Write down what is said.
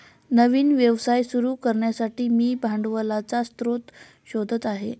नवीन व्यवसाय सुरू करण्यासाठी मी भांडवलाचा स्रोत शोधत आहे